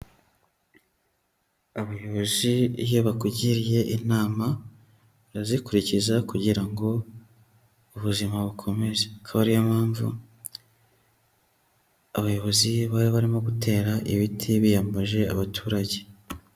Abayobozi iyo bakugiriye inama urazikurikiza kugira ngo ubuzima bukomeze. Akaba ari yo mpamvu abayobozi bari barimo gutera ibiti biyambaje abaturage.